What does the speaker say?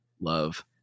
love